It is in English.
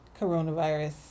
coronavirus